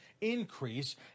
increase